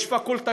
יש פקולטה,